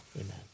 Amen